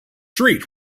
street